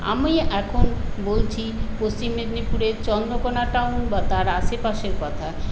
আমি এখন বলছি পশ্চিম মেদিনীপুরের চন্দ্রকোনা টাউন বা তার আশেপাশের কথা